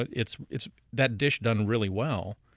but it's it's that dish done really well,